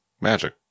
magic